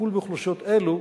והטיפול באוכלוסיות אלו